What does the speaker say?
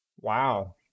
Wow